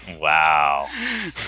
Wow